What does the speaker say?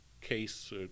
case